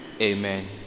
Amen